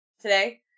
today